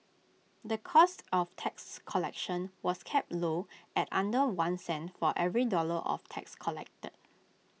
the cost of tax collection was kept low at under one cent for every dollar of tax collected